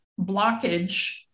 blockage